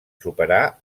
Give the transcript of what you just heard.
superà